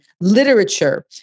literature